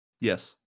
Yes